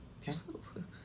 just